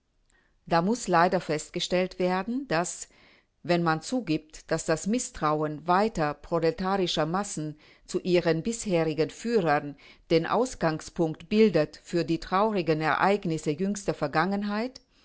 da muß leider festgestellt daß wenn man zugibt daß das mißtrauen weiter prolet massen zu ihren bisherigen führern den ausgangspunkt bildet für die traurigen ereignisse jüngster vergangenheit